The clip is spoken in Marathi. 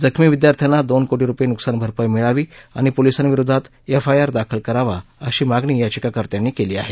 जखमी विद्यार्थ्यांना दोन कोशी रूपये नुकसान भरपाई मिळावी आणि पोलिसांविरोधात एफआयआर दाखल करावा अशीही मागणी याचिकाकर्त्यानं केली आहे